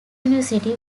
university